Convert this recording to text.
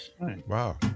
Wow